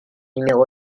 numéro